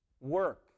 work